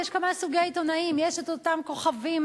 יש כמה סוגי עיתונאים: יש את אותם כוכבים,